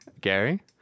Gary